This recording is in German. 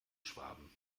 schwaben